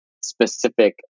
specific